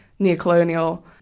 neocolonial